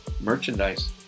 merchandise